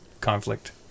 conflict